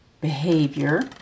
behavior